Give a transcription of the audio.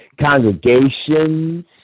congregations